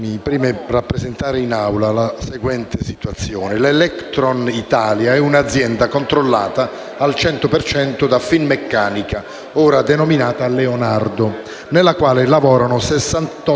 preme rappresentare in Aula la seguente situazione: Electron Italia è un'azienda controllata al 100 per cento da Finmeccanica, ora denominata Leonardo, nella quale lavorano 68